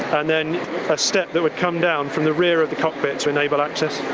and then a step that would come down from the rear of the cockpit to enable access.